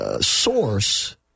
source